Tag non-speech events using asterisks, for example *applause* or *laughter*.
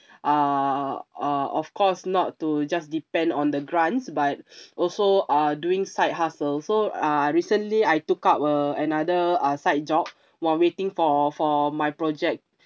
err uh of course not to just depend on the grants but *noise* also uh doing side hustle also uh recently I took up a another uh side job while waiting for for my project